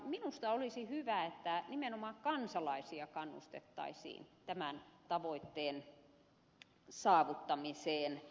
minusta olisi hyvä että nimenomaan kansalaisia kannustettaisiin tämän tavoitteen saavuttamiseen